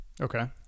okay